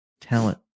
talent